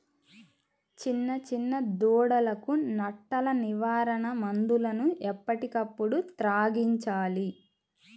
చిన్న చిన్న దూడలకు నట్టల నివారణ మందులను ఎప్పటికప్పుడు త్రాగించాలి